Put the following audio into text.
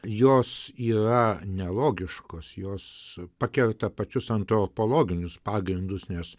jos yra nelogiškos jos pakerta pačius antropologinius pagrindus nes